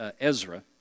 Ezra